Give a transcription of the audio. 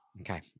Okay